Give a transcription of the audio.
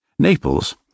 Naples